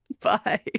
Bye